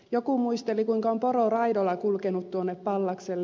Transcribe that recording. joku muisteli kuinka on pororaidoilla kulkenut tuonne pallakselle